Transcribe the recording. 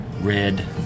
red